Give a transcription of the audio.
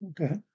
Okay